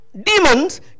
demons